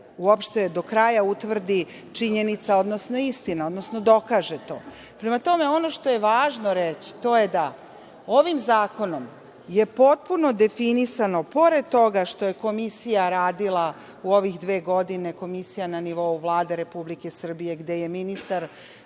uopšte do kraja utvrdi činjenica, odnosno istina, odnosno dokaže to. Prema tome, ono što je važno reći to je da ovim zakonom je potpuno definisano pored toga što je komisija radila u ovih dve godine, komisija na nivou Vlade Republike Srbije, gde je ministar